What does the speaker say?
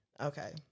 Okay